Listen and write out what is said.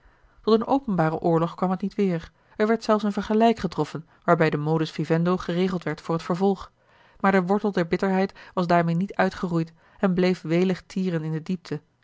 tot een openbaren oorlog kwam het niet weêr er werd zelfs een vergelijk getroffen waarbij de modus vivendo geregeld werd voor het vervolg maar de wortel der bitterheid was daarmeê niet uitgeroeid en bleef welig tieren in de diepte